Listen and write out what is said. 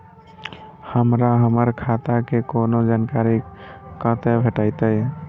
हमरा हमर खाता के कोनो जानकारी कते भेटतै